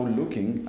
looking